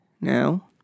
now